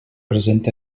present